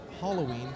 Halloween